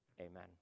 amen